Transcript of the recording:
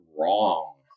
wrong